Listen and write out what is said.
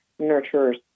nurturers